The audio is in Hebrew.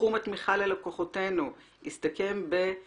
סכום התמיכה ללקוחותינו הסתכם ב-